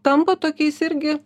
tampa tokiais irgi